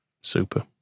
Super